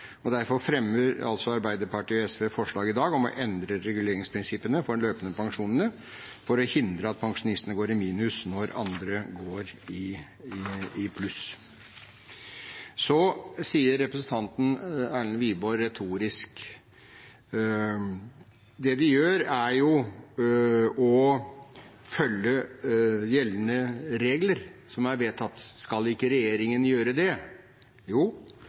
Derfor fremmer Arbeiderpartiet og SV forslag i dag om å endre reguleringsprinsippene for de løpende pensjonene for å hindre at pensjonistene går i minus når andre går i pluss. Så sier representanten Erlend Wiborg retorisk: Det vi gjør, er jo å følge gjeldende regler, som er vedtatt, skal ikke regjeringen gjøre det? Jo,